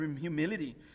humility